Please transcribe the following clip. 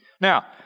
Now